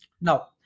Now